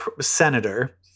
senator